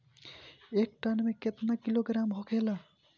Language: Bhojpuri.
एक टन मे केतना किलोग्राम होखेला?